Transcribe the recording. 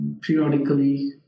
periodically